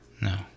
No